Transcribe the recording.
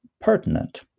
pertinent